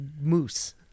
moose